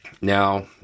now